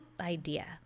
idea